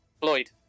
Floyd